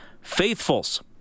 faithfuls